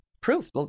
proof